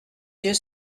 yeux